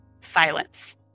Silence